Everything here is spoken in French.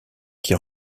qui